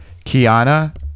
Kiana